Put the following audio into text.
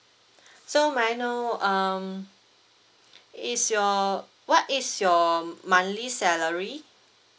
so may I know um is your what is your monthly salary